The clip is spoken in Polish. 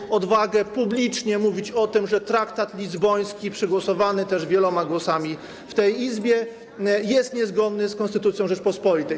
miał odwagę publicznie mówić o tym, że traktat lizboński, przegłosowany też wieloma głosami w tej Izbie, jest niezgodny z konstytucją Rzeczypospolitej.